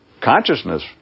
Consciousness